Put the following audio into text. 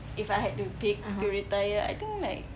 if I had to pick to retire I think like